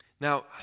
Now